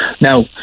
Now